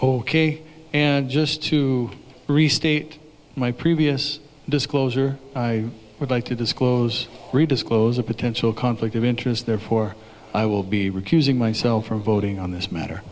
ok just to restate my previous disclosure i would like to disclose disclose a potential conflict of interest therefore i will be recusing myself for voting on this matter